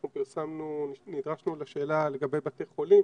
אנחנו נדרשנו לשאלה לגבי בתי חולים,